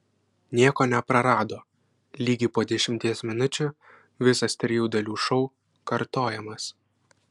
nieko neprarado lygiai po dešimties minučių visas trijų dalių šou kartojamas